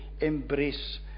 embrace